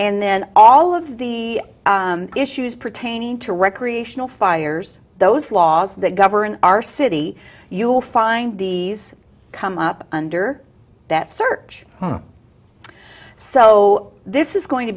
then all of the issues pertaining to recreational fires those laws that govern our city you'll find these come up under that search so this is going to